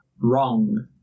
wrong